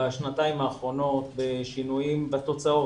בשנתיים האחרונות בשינויים בתוצאות.